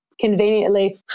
conveniently